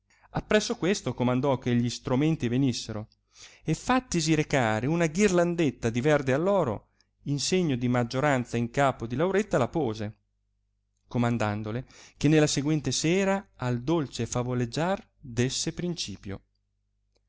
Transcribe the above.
arianna appresso questo comandò che gli stromenti venissero e fattasi recare una ghirlanderà di verde alloro in segno di maggioranza in capo di lauretta la puose comandandole che nella seguente sera al dolce favoleggiare desse principio